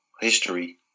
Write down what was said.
history